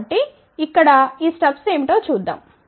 కాబట్టి ఇక్కడ ఈ దశ లు ఏమిటో చూద్దాం